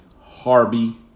Harvey